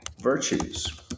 virtues